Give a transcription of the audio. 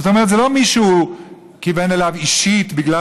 זאת אומרת שלא מישהו כיוון אליו אישית בגלל